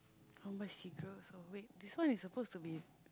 I want buy cigarettes also wait this one is supposed to be